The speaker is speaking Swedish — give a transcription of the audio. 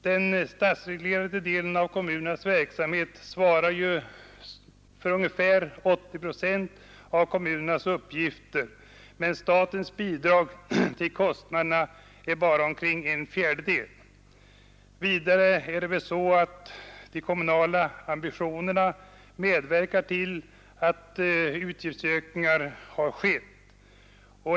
Den statsreglerade delen av kommunernas verksamhet svarar för ungefär 80 procent av kommunernas utgifter, men staten bidrar till kostnaderna bara med omkring en fjärdedel. Vidare är det väl så att de kommunala ambitionerna medverkat till de utgiftsökningar som skett.